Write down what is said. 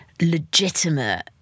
legitimate